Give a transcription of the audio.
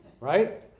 right